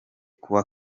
kuwa